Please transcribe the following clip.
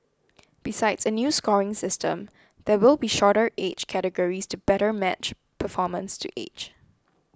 besides a new scoring system there will be shorter age categories to better match performance to age